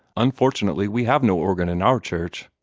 unfortunately, we have no organ in our church.